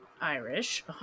Irish